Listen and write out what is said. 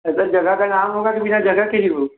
जगह का नाम होगा कि बिना जग़ह के ही हो